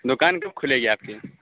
دکان کیوں کھلے گی آپ کی